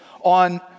on